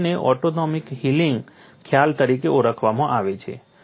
તેથી તેને autonomic healing ખ્યાલ તરીકે ઓળખવામાં આવે છે